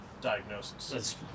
diagnosis